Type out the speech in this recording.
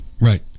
Right